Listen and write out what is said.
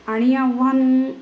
आणि आव्हान